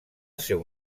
seu